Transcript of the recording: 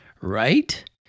right